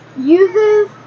uses